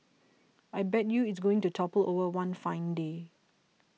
I bet you it's going to topple over one fine day